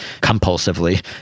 compulsively